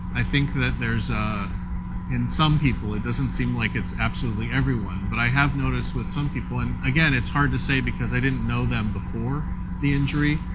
i think that there's ah in some people, it doesn't seem like it's absolutely everyone. but i have noticed with some people and again, it's hard to say because i didn't know them before the injury.